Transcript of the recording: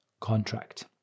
contract